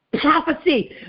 prophecy